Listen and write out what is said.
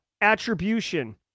attribution